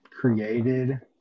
created